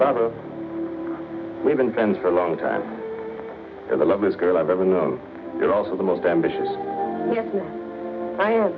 about a we've been friends for a long time to love this girl i've ever know you're also the most ambitious